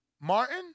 Martin